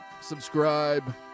subscribe